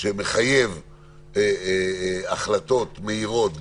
שמחייב החלטות מהירות וגמישות,